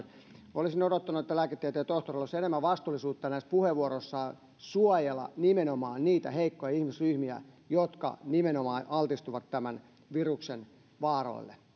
olisin odottanut että lääketieteen tohtorilla olisi enemmän vastuullisuutta näissä puheenvuoroissaan suojella nimenomaan niitä heikkoja ihmisryhmiä jotka altistuvat tämän viruksen vaaroille